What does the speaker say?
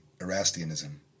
Erastianism